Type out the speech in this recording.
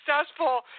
successful